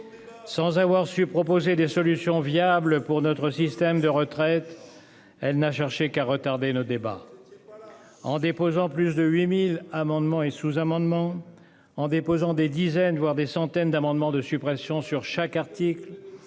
Sans avoir su proposer des solutions viables pour notre système de retraite. Elle n'a cherché qu'à retarder le débat. En déposant plus de 8000 amendements et sous-amendements en déposant des dizaines voire des centaines d'amendements de suppression sur chaque article.